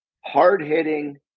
hard-hitting